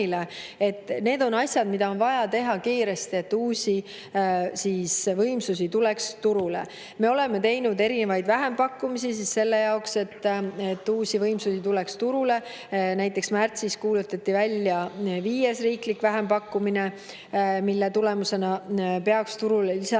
Need on asjad, mida on vaja teha kiiresti, et uusi võimsusi tuleks turule. Me oleme teinud erinevaid vähempakkumisi selle jaoks, et turule tuleks uusi võimsusi. Näiteks, märtsis kuulutati välja viies riiklik vähempakkumine, mille tulemusena peaks turule lisanduma